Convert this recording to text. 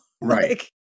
right